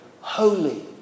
holy